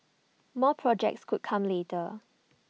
more projects could come later